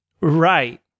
Right